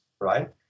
right